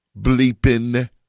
bleeping